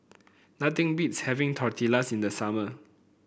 nothing beats having Tortillas in the summer